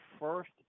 first